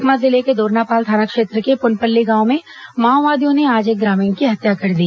सुकमा जिले के दोरनापाल थाना क्षेत्र के पुनपल्ली गांव में माओवादियों ने आज एक ग्रामीण की हत्या कर दी